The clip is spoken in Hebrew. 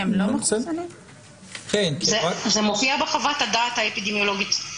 זה מופיע בחוות הדעת האפידמיולוגית.